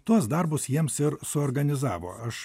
tuos darbus jiems ir suorganizavo aš